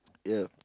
ya